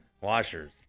Washers